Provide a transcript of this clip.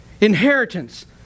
inheritance